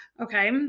Okay